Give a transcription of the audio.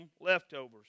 leftovers